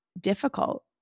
difficult